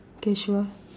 okay sure